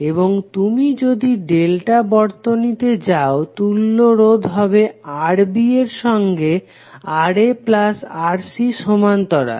এবং তুমি যদি ডেল্টা বর্তনীতে যাও তুল্য রোধ হবে Rb এর সঙ্গে RaRc সমান্তরাল